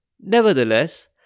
Nevertheless